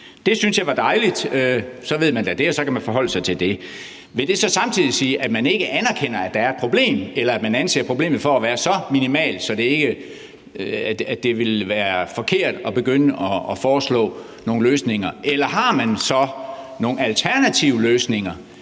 Det synes jeg var dejligt, for så ved man da det, og så kan man forholde sig til det. Vil det så samtidig sige, at man ikke anerkender, at der er et problem, eller at man anser problemet for at være så minimalt, at det ville være forkert at begynde at foreslå nogle løsninger? Eller har man så nogle alternative løsninger